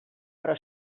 però